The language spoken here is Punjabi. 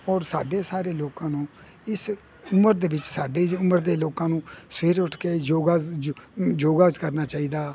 ਔਰ ਸਾਡੇ ਸਾਰੇ ਲੋਕਾਂ ਨੂੰ ਇਸ ਉਮਰ ਦੇ ਵਿੱਚ ਸਾਡੇ ਉਮਰ ਦੇ ਲੋਕਾਂ ਨੂੰ ਸਵੇਰ ਉੱਠ ਕੇ ਯੋਗਾਜ਼ ਯੋਗਾਜ਼ ਕਰਨਾ ਚਾਹੀਦਾ